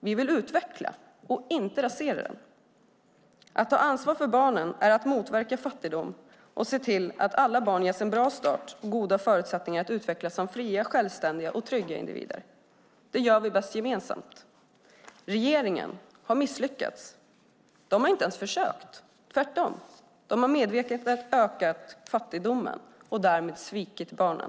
Vi vill utveckla, och inte rasera den. Att ta ansvar för barnen är att motverka fattigdom och se till att alla barn ges en bra start med goda förutsättningar att utvecklas som fria, självständiga och trygga individer. Det gör vi bäst gemensamt. Regeringen har misslyckats. Den har inte ens försökt. Den har tvärtom medvetet börjat öka fattigdomen och därmed svikit barnen.